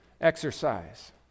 exercise